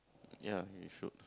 ya you should